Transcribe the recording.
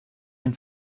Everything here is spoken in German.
den